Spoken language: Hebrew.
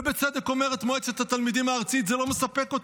בצדק אומרת מועצת התלמידים הארצית שזה לא מספק,